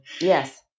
Yes